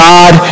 God